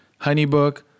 HoneyBook